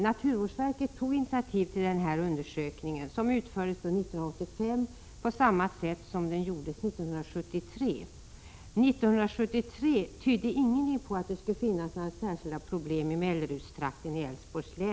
Naturvårdsverket tog initiativ till den nämnda undersökningen, som utfördes 1985. Man gick då till väga på samma sätt som 1973. År 1973 tydde ingenting på att det skulle finnas några särskilda problem i Mellerudstrakten i Älvsborgs län.